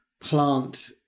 plant